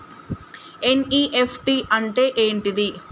NEFT అంటే ఏంటిది?